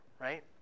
right